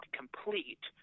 complete